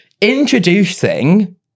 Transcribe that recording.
introducing